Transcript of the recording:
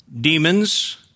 demons